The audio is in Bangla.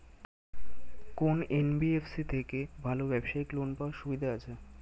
কোন এন.বি.এফ.সি থেকে ভালো ব্যবসায়িক লোন পাওয়ার সুবিধা আছে?